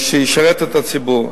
שישרת את הציבור.